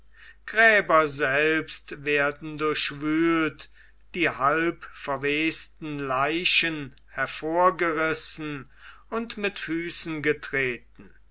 gräber selbst werden durchwühlt die halbverwesten leichen hervorgerissen und mit füßen getreten